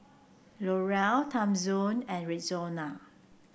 L'Oreal Timezone and Rexona